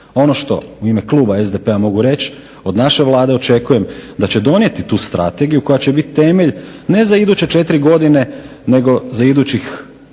Ono što u ime kluba SDP-a mogu reći da će donijeti tu strategiju koja će biti temelj ne za iduće 4 godine nego za idućih